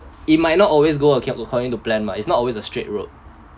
it might not always go acco~ according to plan mah it's not always a straight road